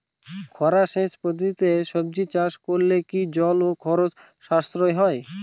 খরা সেচ পদ্ধতিতে সবজি চাষ করলে কি জল ও খরচ সাশ্রয় হয়?